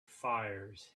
fires